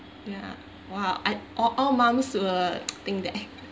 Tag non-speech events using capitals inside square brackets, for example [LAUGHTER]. ya !wah! I all all mum sure [NOISE] think that [LAUGHS]